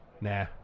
Nah